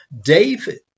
David